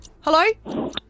Hello